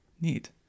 neat